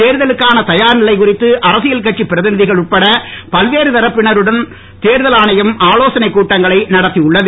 தேர்தலுக்கான தயார் நிலை குறித்து அரசியல் கட்சி பிரதிநிதிகள் உட்பட பல்வேறு தரப்பினருடனும் தேர்தல் ஆணையம் ஆலோசனை கூட்டங்களை நடத்தி உள்ளது